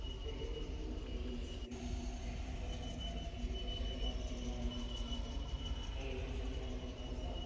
त्यस्तै हो को कोही कोही बेला सुली फ्याँक्नुपर्छ त्यो सुली खोर्सानी बारीतिर लगायो भने एकदमै डल्ले खोर्सानी राम्रो फल्छ